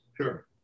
Sure